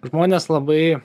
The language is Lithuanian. žmonės labai